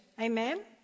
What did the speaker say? Amen